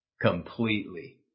Completely